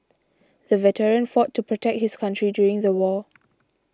the veteran fought to protect his country during the war